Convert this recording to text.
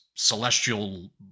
celestial